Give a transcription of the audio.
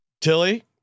Tilly